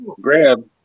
grab